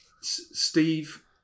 Steve